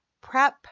prep